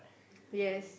yes